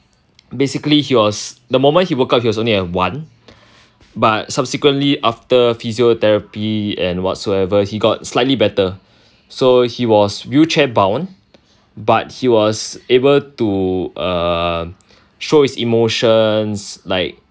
basically he was the moment he woke up he was only has one but subsequently after physiotherapy and what so ever he got slightly better so he was wheelchair bound but he was able to err show his emotions like